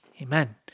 Amen